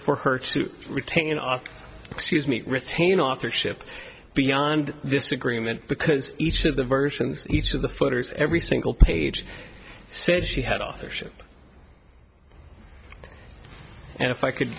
for her to retain off excuse me to retain authorship beyond this agreement because each of the versions each of the footers every single page said she had authorship and if i could